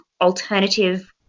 alternative